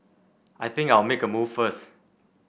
I think I'll make a move first